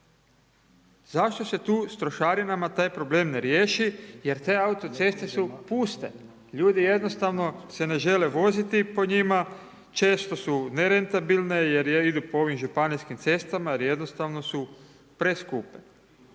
Zašto se tu s trošarinama taj problem ne riješi jer te autoceste su puste. Ljudi jednostavno se ne žele voziti po njima, često su nerentabilne jer idu po ovim županijskim cestama jer jednostavno su preskupe.